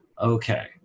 Okay